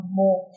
more